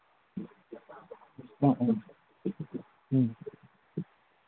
ꯎꯝ ꯎꯝ ꯎꯝ